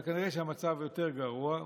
אבל כנראה שהמצב יותר גרוע,